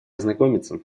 ознакомиться